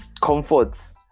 comforts